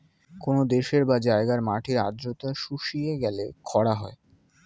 কোন দেশের বা জায়গার মাটির আর্দ্রতা শুষিয়ে গেলে খরা হয়